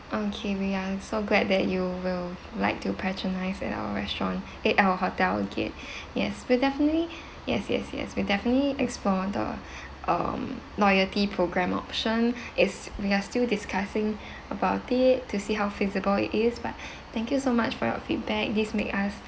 okay we are so glad that you will like to patronize at our restaurant eh our hotel again yes we'll definitely yes yes yes we'll definitely explore the um loyalty program option is we are still discussing about it to see how feasible it is but thank you so much for your feedback this make us